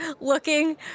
looking